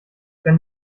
wenn